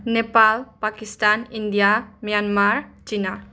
Nepal Pakistan India Myanmar China